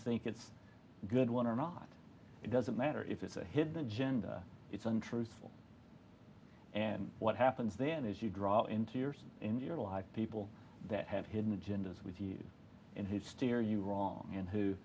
think it's a good one or not doesn't matter if it's a hidden agenda it's untruthful and what happens then is you draw in two years in your life people that have hidden agendas with you in his steer you wrong and who